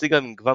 המציא גם מגוון